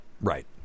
right